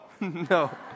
No